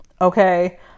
Okay